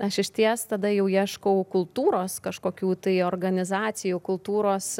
aš išties tada jau ieškau kultūros kažkokių tai organizacijų kultūros